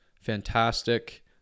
fantastic